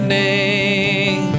name